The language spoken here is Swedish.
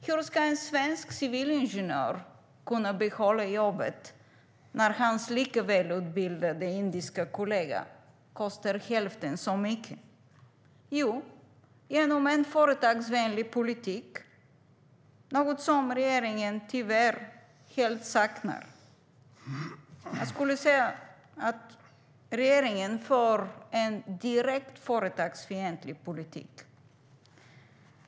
Hur ska en svensk civilingenjör kunna behålla jobbet när hans lika välutbildade indiska kollega kostar hälften så mycket? Jo, genom en företagsvänlig politik, något som regeringen tyvärr helt saknar. Regeringen för en direkt företagsfientlig politik.